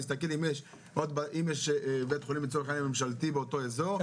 אני מסתכל אם יש בית חולים לצורך העניין ממשלתי באותו אזור,